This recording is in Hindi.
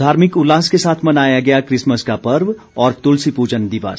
धार्मिक उल्लास के साथ मनाया गया क्रिसमस का पर्व और तुलसी पूजन दिवस